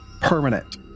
permanent